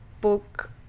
book